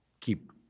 keep